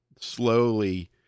slowly